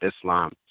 Islam